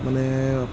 মানে